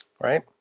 right